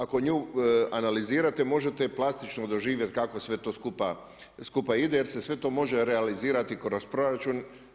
Ako nju analizirate možete plastično doživjeti kako sve to skupa ide, jer se sve to može realizirati kroz proračun.